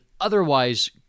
otherwise